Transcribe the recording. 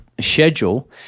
schedule